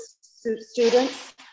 students